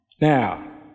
Now